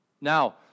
Now